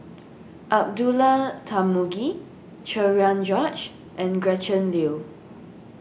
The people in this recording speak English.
Abdullah Tarmugi Cherian George and Gretchen Liu